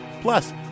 plus